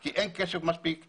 כי אין מספיק כסף.